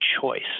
choice